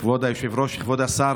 כבוד היושב-ראש, כבוד השר,